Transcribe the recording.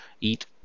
eat